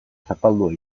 zapaldua